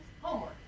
homework